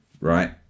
right